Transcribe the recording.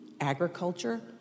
agriculture